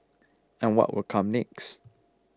and what will come next